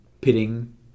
pitting